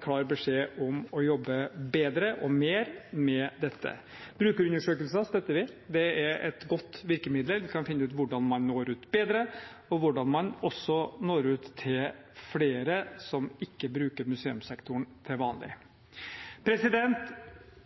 klar beskjed om å jobbe bedre og mer med dette. Brukerundersøkelser støtter vi. Det er et godt virkemiddel. Vi kan finne ut hvordan man når ut bedre, og hvordan man også når ut til flere som ikke bruker museumssektoren til vanlig.